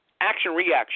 action-reaction